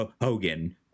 Hogan